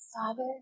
Father